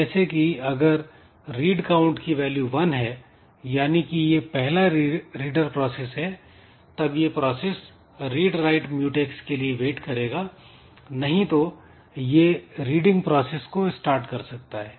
जैसे कि अगर "रीड काउंट" की वैल्यू वन है यानी कि यह पहला रीडर प्रोसेस है तब यह प्रोसेस "रीड राइट म्यूटैक्स" के लिए वेट करेगा नहीं तो यह रीडिंग प्रोसेस को स्टार्ट कर सकता है